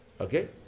okay